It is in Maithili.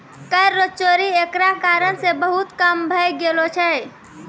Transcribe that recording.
कर रो चोरी एकरा कारण से बहुत कम भै गेलो छै